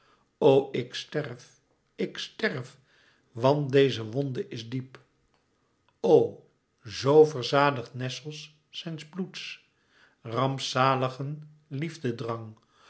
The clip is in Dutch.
o ik sterf ik sterf want deze wonde is diep o zoo verzadigt nessos zijns bloeds rampzaligen